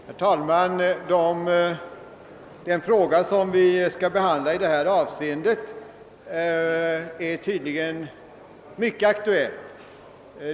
Herr talman! Den fråga som vi nu skall behandla är tydligen mycket aktuell.